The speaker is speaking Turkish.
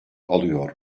alıyor